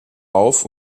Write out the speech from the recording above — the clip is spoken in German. auf